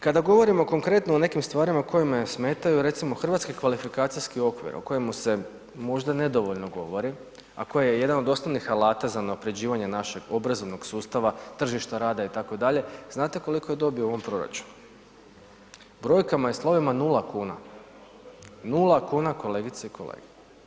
Kada govorimo konkretno o nekim stvarima koje me smetaju, recimo hrvatski kvalifikacijski okvir o kojemu se možda nedovoljno govori, a koji je jedan od osnovnih alata za unapređivanje našeg obrazovnog sustava, tržišta rada itd., znate koliko je dobio u ovom proračunu, brojkama i slovima 0,00 kn, 0,00 kn kolegice i kolege.